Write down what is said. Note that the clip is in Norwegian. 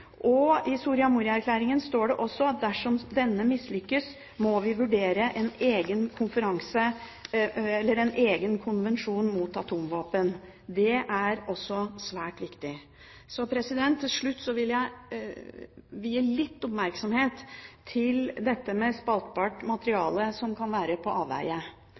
I Soria Moria-erklæringen står det også at dersom denne mislykkes, må vi vurdere en egen konvensjon mot atomvåpen. Det er også svært viktig. Til slutt så vil jeg vie dette med spaltbart materiale som kan være på avveie,